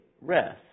rest